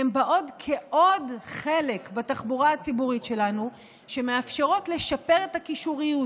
הן באות כעוד חלק בתחבורה הציבורית שלנו שמאפשר לשפר את הקישוריות,